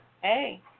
Hey